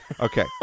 Okay